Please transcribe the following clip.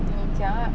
你讲啊